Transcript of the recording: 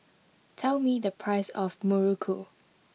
tell me the price of Muruku